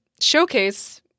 showcase